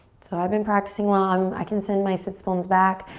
so i've been practicing long. i can send my sits bones back.